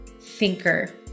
thinker